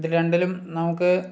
ഇതിൽ രണ്ടിലും നമുക്ക്